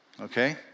Okay